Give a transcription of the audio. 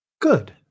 Good